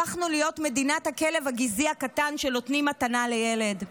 הפכנו להיות מדינת הכלב הגזעי הקטן שנותנים כמתנה לילד.